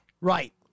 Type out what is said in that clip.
Right